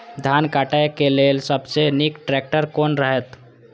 धान काटय के लेल सबसे नीक ट्रैक्टर कोन रहैत?